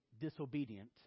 disobedient